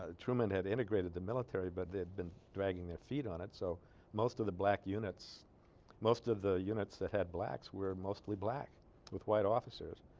ah truman had integrated the military but they'd been dragged their feet on it so most of the black units most of the units that had blacks were mostly black with white officers